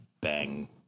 bang